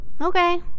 Okay